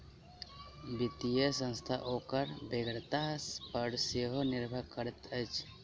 वित्तीय संस्था ओकर बेगरता पर सेहो निर्भर करैत अछि